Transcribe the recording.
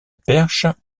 perche